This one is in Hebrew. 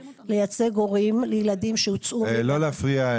לייצג הורים לילדים שהוצאו